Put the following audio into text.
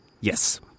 yes